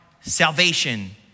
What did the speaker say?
salvation